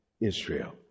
Israel